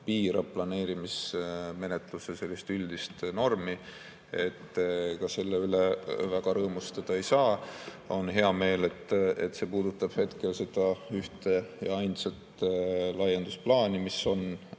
piirab planeerimismenetluse üldist normi, ega selle üle väga rõõmustada ei saa. On hea meel, et see puudutab hetkel seda ühte ja ainsat laiendusplaani, mis on,